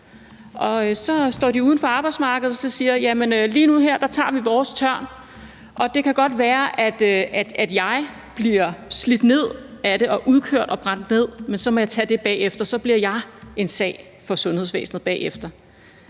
Så står man uden for arbejdsmarkedet og siger: Lige nu tager jeg min tørn, og det kan godt være, at jeg som forælder bliver slidt ned af det og udkørt, men så må jeg tage det bagefter, og så bliver jeg en sag for sundhedsvæsenet bagefter.